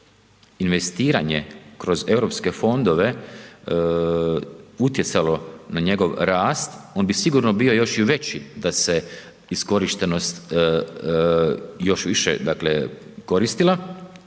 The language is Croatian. je investiranje kroz Europske fondove utjecalo na njegov rast, on bi sigurno bio još i veći da se iskorištenost još više, dakle, koristila,